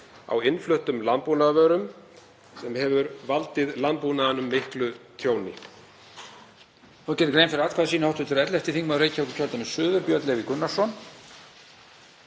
á innfluttum landbúnaðarvörum sem hefur valdið landbúnaðinum miklu tjóni.